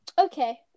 Okay